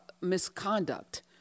misconduct